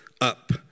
up